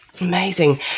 Amazing